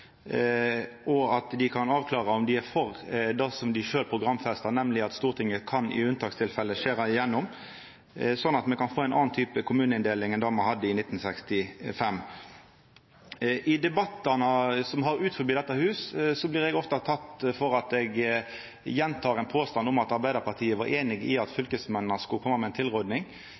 og at dei kan avklara om dei er for det som dei sjølve programfestar, nemleg at Stortinget i unntakstilfelle kan skjera igjennom, slik at me kan få ein annan type kommuneinndeling enn det me hadde i 1965. I debattane som me har utanfor dette huset, blir eg ofte teke for at eg gjentek ein påstand om at Arbeidarpartiet var einig i at fylkesmennene skulle koma med